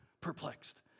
perplexed